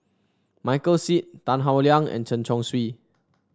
Michael Seet Tan Howe Liang and Chen Chong Swee